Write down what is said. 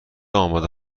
آماده